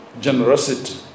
Generosity